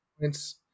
points